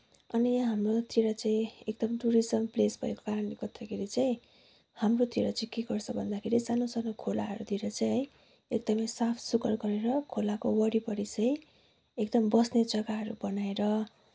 अनि हाम्रोतिर चाहिँ एकदम टुरिज्म प्लेस भएको कारणले गर्दाखेरि चाहिँ हाम्रोतिर चाहिँ के गर्छ भन्दाखेरि सानो सानो खोलाहरूतिर चाहिँ है एकदमै साफसुग्घर गरेर खोलाको वरिपरि चाहिँ एकदम बस्ने जग्गाहरू बनाएर